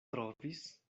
trovis